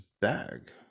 bag